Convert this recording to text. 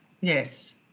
yes